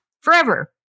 forever